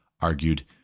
argued